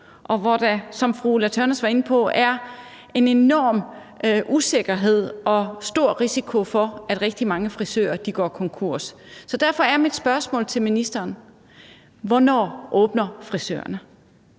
og hvor der, som fru Ulla Tørnæs var inde på, er en enorm usikkerhed og stor risiko for, at rigtig mange frisører går konkurs? Så derfor er mit spørgsmål til ministeren: Hvornår åbner frisørerne?